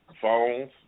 Phones